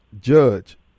judge